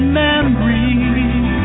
memories